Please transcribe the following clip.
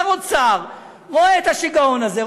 שר האוצר רואה את השיגעון הזה,